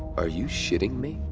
are you shitting me?